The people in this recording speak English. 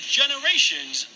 generations